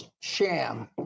sham